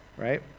right